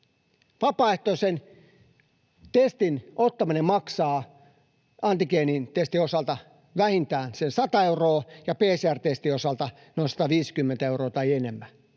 vapaaehtoisen testin ottaminen maksaa antigeenitestin osalta vähintään sen 100 euroa ja PCR-testin osalta noin 150 euroa tai enemmän.